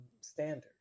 standard